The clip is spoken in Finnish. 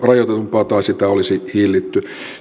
tai sitä olisi hillitty